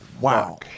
wow